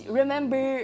remember